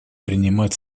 принимать